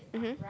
mmhmm